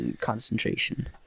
concentration